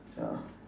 ya